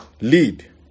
lead